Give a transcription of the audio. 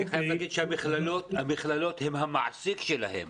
אני חייב להגיד שהמכללות הן המעסיק שלהם.